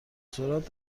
سرعت